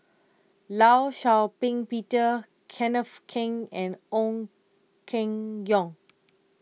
Law Shau Ping Peter Kenneth Keng and Ong Keng Yong